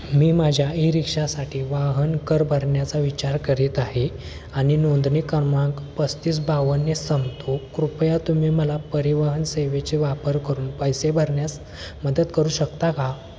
मी माझ्या ई रिक्षासाठी वाहन कर भरण्याचा विचार करीत आहे आणि नोंदणी क्रमांक पस्तीस बावन्नने संपतो कृपया तुम्ही मला परिवहन सेवेचे वापर करून पैसे भरण्यास मदत करू शकता का